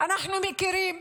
אנחנו מכירים